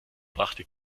brachte